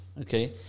okay